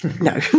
No